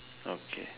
okay